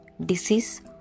disease